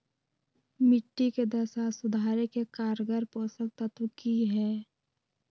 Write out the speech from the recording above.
मिट्टी के दशा सुधारे के कारगर पोषक तत्व की है?